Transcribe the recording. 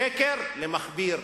שקר למכביר,